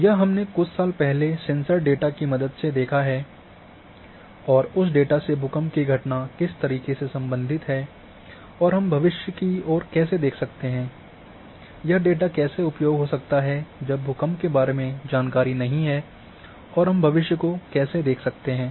यह हमने कुछ साल पहले सेंसर डेटा की मदद से देखा है और उस डेटा से भूकंप की घटना किस तरीके से संबंधित है और हम भविष्य की ओर कैसे देख सकते हैं यह डेटा कैसे उपयोग हो सकता है जब भूकंप के बारे में जानकारी नहीं है और हम भविष्य को कैसे देख सकते हैं